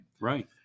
Right